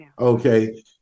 Okay